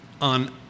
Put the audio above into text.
on